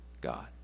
God